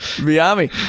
Miami